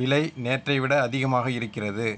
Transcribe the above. விலை நேற்றை விட அதிகமாக இருக்கிறது